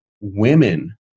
women